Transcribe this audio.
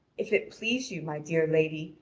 if it please you, my dear lady,